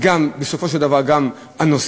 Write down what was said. ובסופו של דבר גם הנוסע.